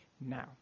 Now